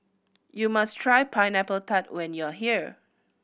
you must try Pineapple Tart when you are here